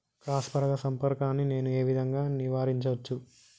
Cross పరాగ సంపర్కాన్ని నేను ఏ విధంగా నివారించచ్చు?